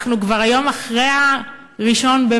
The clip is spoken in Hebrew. אנחנו היום כבר אחרי 1 במאי,